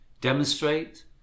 demonstrate